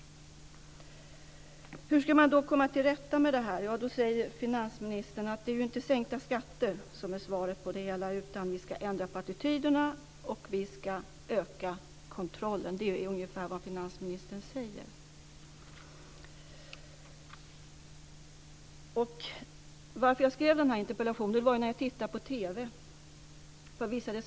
Hur ska man då komma till rätta med detta? Då säger finansministern att det inte är sänkta skatter som är svaret på det hela utan att vi ska ändra på attityderna och öka kontrollen. Det är ungefär vad finansministern säger. Jag skrev den här interpellationen efter att ha tittat på TV.